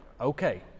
Okay